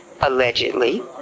allegedly